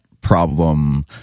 problem